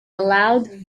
allowed